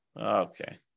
Okay